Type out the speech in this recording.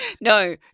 No